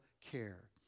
care